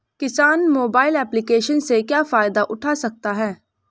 किसान mobile application से क्या फायदा उठा सकता है?